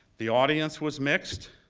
the audience was mixed.